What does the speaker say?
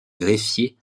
greffier